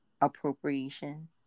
appropriation